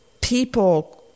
people